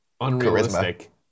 unrealistic